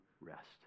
rest